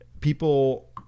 people